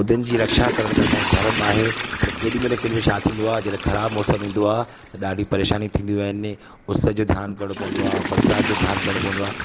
पौधनि जी रक्षा करण त असां या धर्म आहे पर केॾीमहिल कंहिंमहिल छा थींदो आहे जॾहिं ख़राबु मौसम ईंदो आहे त ॾाढी परेशानी थींदी आहिनि उस जो ध्यानु करिणो पवंदो आहे बरसाति जो ध्यानु करणु पवंदो आहे